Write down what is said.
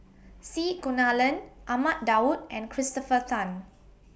C Kunalan Ahmad Daud and Christopher Tan